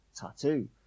tattoo